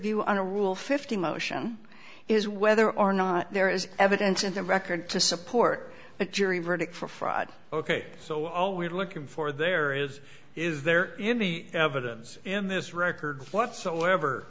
review on a rule fifty motion is whether or not there is evidence in the record to support a jury verdict for fraud ok so all we're looking for there is is there any evidence in this record whatsoever